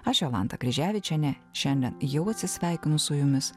aš jolanta kryževičienė šiandien jau atsisveikinu su jumis